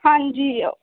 ਹਾਂਜੀ